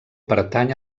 pertany